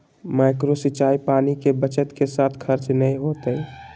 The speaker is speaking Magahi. माइक्रो सिंचाई पानी के बचत के साथ खर्च नय होतय